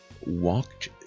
walked